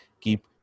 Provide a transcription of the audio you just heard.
keep